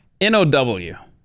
NOW